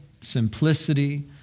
simplicity